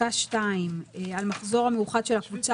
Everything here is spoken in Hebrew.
פסקה (2) על המחזור המאוחד של הקבוצה",